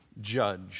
judge